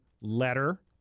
letter